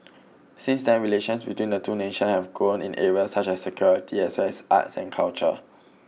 since then relations between the two nations have grown in areas such as security as well as arts and culture